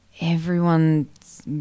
Everyone's